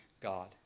God